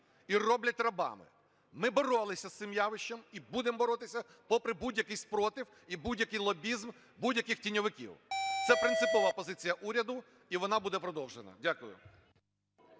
і роблять рабами. Ми боролися з цим явищем і будемо боротися попри будь-який спротив і будь-який лобізм будь-яких тіньовиків! Це принципова позиція уряду і вона буде продовжена. Дякую.